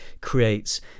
creates